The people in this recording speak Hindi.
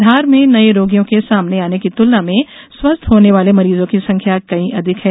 धार में नये रोगियों के सामने आने की तुलना में स्वस्थ होने वाले मरीजों की संख्या कहीं अधिक हैं